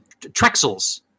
Trexels